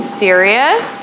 serious